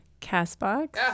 Castbox